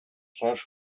rasch